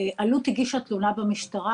אלו"ט הגישה תלונה במשטרה,